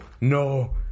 no